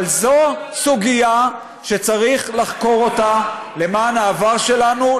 אבל זו סוגיה שצריך לחקור למען העבר שלנו,